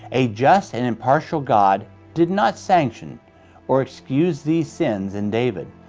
a just and impartial god did not sanction or excuse these sins in david,